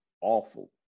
awful